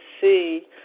see